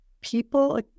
People